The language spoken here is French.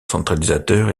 centralisateur